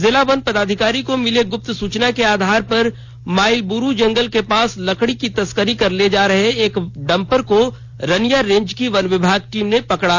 जिला वन पदाधिकारी को मिले गुप्त सूचना के आधार पर माईलबुरु जंगल के पास लकड़ी की तस्करी कर ले जा रहे एक डम्फर को रनियां रेंज की वन विभाग टीम र्न पकड़ा